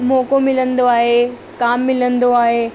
मौक़ो मिलंदो आहे कामु मिलंदो आहे